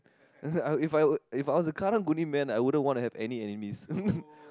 as in I if I were if I was a Karang-Guni man I wouldn't want to have any enemies